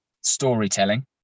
storytelling